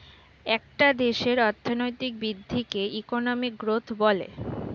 একটা দেশের অর্থনৈতিক বৃদ্ধিকে ইকোনমিক গ্রোথ বলে